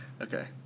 okay